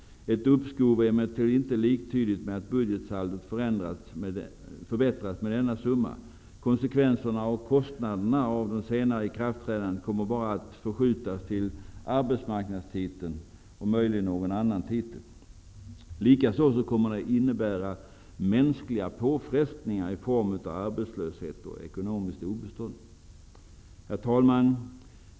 Ett uppskov är emellertid inte liktydigt med att budgetsaldot förbättras med denna summa. Konsekvenserna och kostnaderna av det senare ikraftträdandet kommer bara att förskjutas till arbetsmarknadstiteln och möjligen någon annan titel. Likaså kommer det att innebära mänskliga påfrestnignar i form av arbetslöshet och ekonomiskt obestånd. Herr talman!